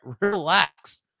relax